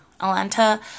Atlanta